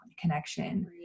connection